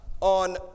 On